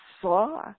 saw